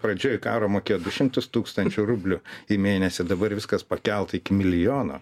pradžioj karo mokėjo du šimtus tūkstančių rublių į mėnesį dabar viskas pakelta iki milijono